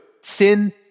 sin